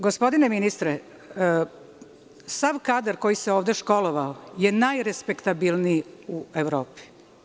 Gospodine ministre, sav kadar koji se ovde školovao je najrespektabilniji u Evropi.